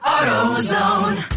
AutoZone